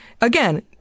again